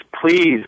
please